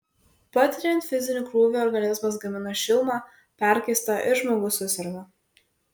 patiriant fizinį krūvį organizmas gamina šilumą perkaista ir žmogus suserga